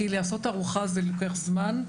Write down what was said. כי לעשות תערוכה זה לוקח זמן,